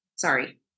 sorry